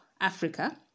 Africa